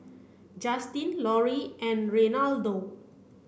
Juston Lorri and Reynaldo